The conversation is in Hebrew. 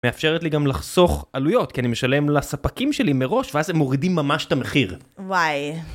מאפשרת לי גם לחסוך עלויות כי אני משלם לספקים שלי מראש ואז הם מורידים ממש את המחיר. וואי.